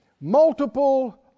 multiple